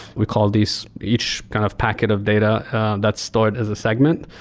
we call these each kind of packet of data that's stored as a segment.